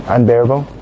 Unbearable